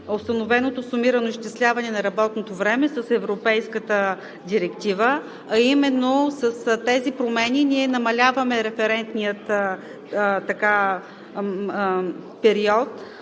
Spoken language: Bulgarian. установеното сумирано изчисляване на работното време с Европейската директива, а именно с тези промени ние намаляваме референтния период